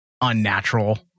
unnatural